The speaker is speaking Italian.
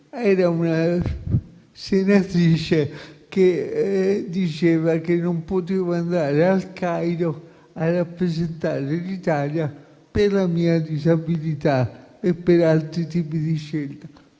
Era una senatrice che diceva che non potevo andare al Cairo a rappresentare l'Italia per la mia disabilità e per altri tipi di scelte.